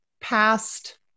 past